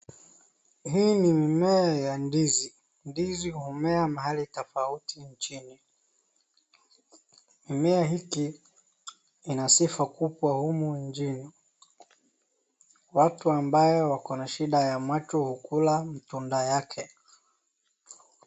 Hii ni mmea ya ndizi. Ndizi humea mahali tofauti nchini. Mmea hiki, ina sifa kubwa humu nchini, Watu ambaye wako na shida ya macho hukula matunda yake.